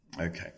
Okay